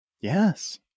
Yes